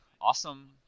Awesome